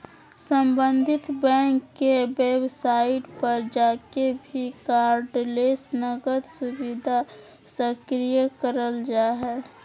सम्बंधित बैंक के वेबसाइट पर जाके भी कार्डलेस नकद सुविधा सक्रिय करल जा हय